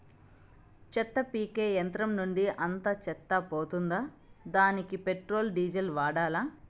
చెత్త పీకే యంత్రం నుండి అంతా చెత్త పోతుందా? దానికీ పెట్రోల్, డీజిల్ వాడాలా?